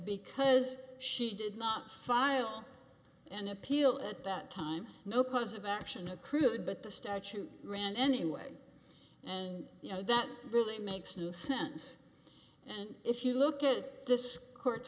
because she did not file an appeal at that time no cause of action accrued but the statute ran anyway and you know that really makes no sense and if you look at this court